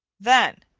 then,